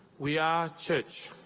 we are church.